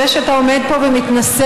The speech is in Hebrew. זה שאתה עומד פה ומתנשא,